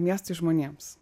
miestui žmonėms